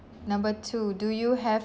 number two do you have